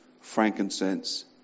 frankincense